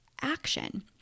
action